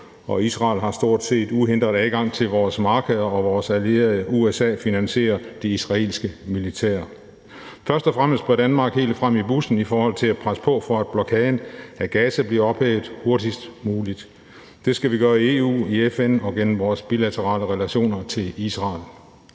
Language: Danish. og Israel har stort set uhindret adgang til vores markeder, og vores allierede USA finansierer det israelske militær. Først og fremmest bør Danmark rykke helt frem i bussen i forhold til at presse på for, at blokaden af Gaza bliver ophævet hurtigst muligt. Det skal vi gøre i EU, i FN og gennem vores bilaterale relationer til Israel.